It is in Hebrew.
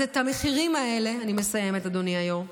אז את המחירים האלה, אני מסיימת, אדוני היו"ר,